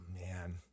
man